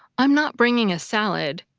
i'm not bringing a salad,